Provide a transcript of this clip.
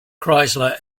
chrysler